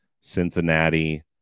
Cincinnati